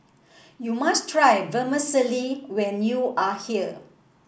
you must try Vermicelli when you are here